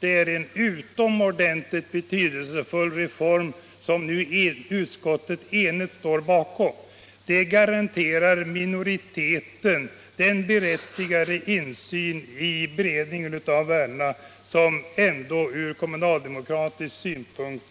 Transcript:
Det är en utomordentligt betydelsefull reform, som nu utskottet enigt står bakom. Den garanterar minoriteten den berättigade insyn i beredningen av ärendena som ur kommunaldemokratisk synpunkt